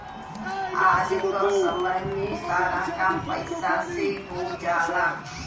आज क समय में सारा काम पईसा से हो जाला